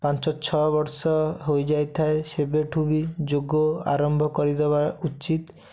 ପାଞ୍ଚ ଛଅ ବର୍ଷ ହୋଇଯାଇଥାଏ ସେବେଠୁ ବି ଯୋଗ ଆରମ୍ଭ କରିଦେବା ଉଚିତ